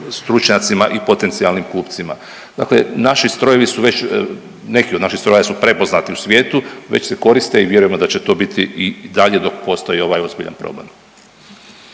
stručnjacima i potencijalnim kupcima. Dakle, naši strojevi su već, neki od naših strojeva su prepoznati u svijetu, već se koriste i vjerujemo da će to biti i dalje dok postoji ovaj ozbiljan problem.